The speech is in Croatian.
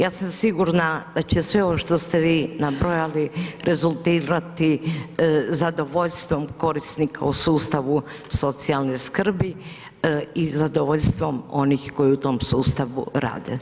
Ja sam sigurna da će se ovo što ste vi nabrojali rezultirati zadovoljstvom korisnika u sustavu socijalne skrbi i zadovoljstvom onih koji u tom sustavu rade.